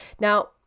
Now